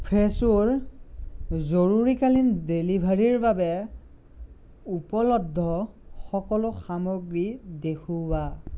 ফ্ৰেছোৰ জৰুৰীকালীন ডেলিভাৰীৰ বাবে উপলব্ধ সকলো সামগ্ৰী দেখুওৱা